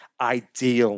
ideal